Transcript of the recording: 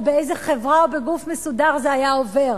או באיזה חברה או בגוף מסודר זה היה עובר?